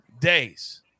days